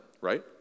right